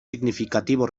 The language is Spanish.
significativo